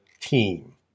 team